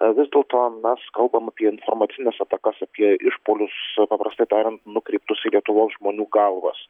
vis dėlto mes kalbam apie apie informacines atakas apie išpuolius paprastai tariant nukreiptus į lietuvos žmonių galvas